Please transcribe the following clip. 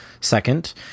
Second